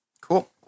Cool